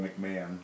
McMahon